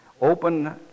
open